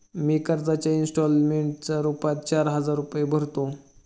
मी कर्जाच्या इंस्टॉलमेंटच्या रूपात चार हजार रुपये भरतो